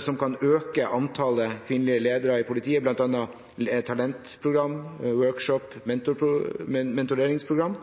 som kan øke antallet kvinnelige ledere i politiet, bl.a. talentprogram, workshop, mentoreringsprogram.